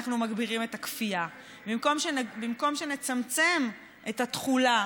אנחנו מגבירים את הכפייה, במקום שנצמצם את התחולה